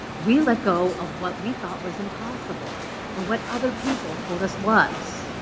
we let go of what we thought was impossible or what other people told us was.